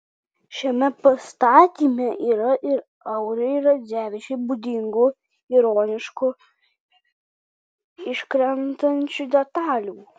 šiame pastatyme yra ir auriui radzevičiui būdingų ironiškų iškrentančių detalių